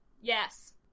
Yes